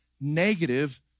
negative